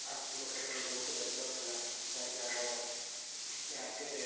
ଆର୍ଥିକକ୍ଷେତ୍ର ବହୁତ ଡେଭଲପ୍ ହେଲାଣି କାହିଁକି ଆମ ରାଜ୍ୟରେ